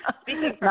Speaking